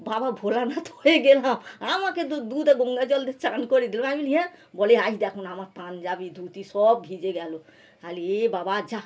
বাবা ভোলানাথ হয়ে গেলাম আমাকে তো দুধ আর গঙ্গা জল দিয়ে চান করিয়ে দিল আমি বলি অ্যাঁহ বলে এই দেখো না আমার পাঞ্জাবী ধুতি সব ভিজে গেল খালি এ বাবা যাহ্